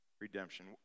redemption